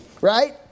right